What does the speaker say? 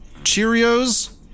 Cheerios